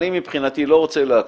מבחינתי אני לא רוצה להקשות,